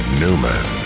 newman